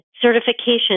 certification